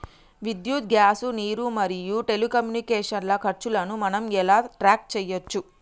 విద్యుత్ గ్యాస్ నీరు మరియు టెలికమ్యూనికేషన్ల ఖర్చులను మనం ఎలా ట్రాక్ చేయచ్చు?